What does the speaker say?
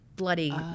Bloody